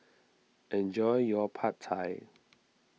enjoy your Pad Thai